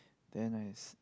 they're nice